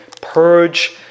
purge